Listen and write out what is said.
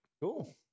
cool